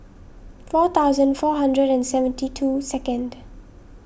four thousand four hundred and seventy two second